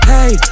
Hey